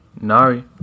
Nari